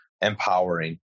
empowering